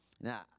Now